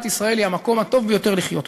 ישראל היא המקום הטוב ביותר לחיות בו.